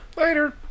Later